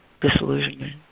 disillusionment